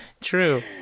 True